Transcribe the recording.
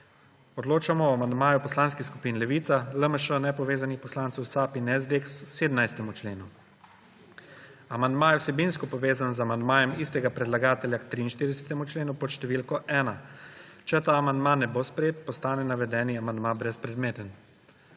Odločamo o amandmaju poslanskih skupin Levica, LMŠ, nepovezanih poslancev, SAB in SD, k 17. členu. Amandma je vsebinsko povezan z amandmajem istega predlagatelja k 43. členu pod številko ena. Če ta amandma ne bo sprejet, postane navedeni amandma brezpredmeten.